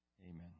Amen